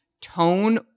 tone